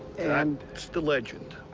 and that's the legend.